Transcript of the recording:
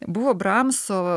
buvo bramso